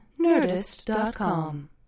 Nerdist.com